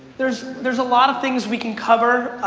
there's there's lot of things we can cover.